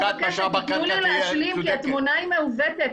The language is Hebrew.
תנו לי להשלים כי התמונה מעוותת.